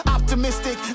Optimistic